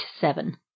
seven